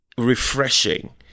refreshing